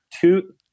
two